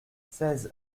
seize